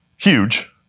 huge